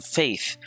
faith